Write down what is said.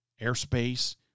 airspace